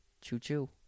Choo-choo